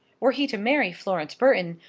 were he to marry florence burton,